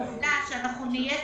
העובדה שנהיה טכנולוגיים,